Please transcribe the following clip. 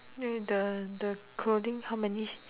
then the the clothing how many